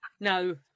No